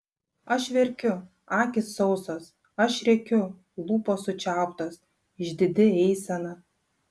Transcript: aš verkiu akys sausos aš rėkiu lūpos sučiauptos išdidi eisena